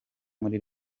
muri